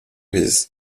his